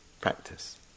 practice